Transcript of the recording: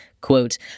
quote